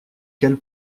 quelle